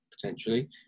potentially